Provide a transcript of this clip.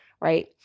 right